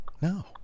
No